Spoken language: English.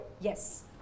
yes